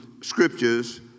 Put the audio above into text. scriptures